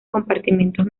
compartimentos